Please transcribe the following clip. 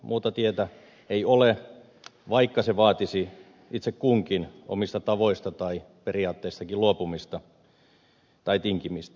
muuta tietä ei ole vaikka se vaatisi itse kunkin omista tavoista tai periaatteistakin luopumista tai tinkimistä